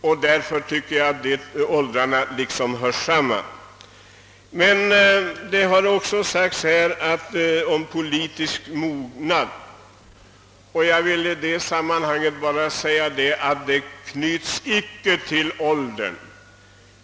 De båda åldersgränserna tycker jag hör samman. Vad den politiska mognaden beträffar, som man här har talat om, så är den inte knuten till åldern.